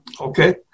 Okay